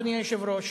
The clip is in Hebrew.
אדוני היושב-ראש,